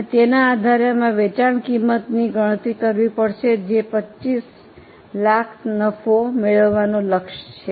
અને તેના આધારે અમારે વેચાણ કિંમતની ગણતરી કરવી પડશે જે 2500000 નફો મેળવવા નો લક્ષ છે